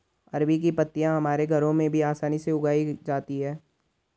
अरबी की पत्तियां हमारे घरों में भी आसानी से उगाई जाती हैं